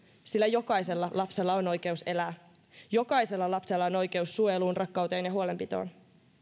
sillä jokaisella lapsella on oikeus elää jokaisella lapsella on oikeus suojeluun rakkauteen ja huolenpitoon